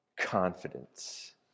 confidence